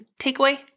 takeaway